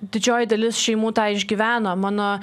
didžioji dalis šeimų tą išgyveno mano